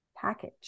package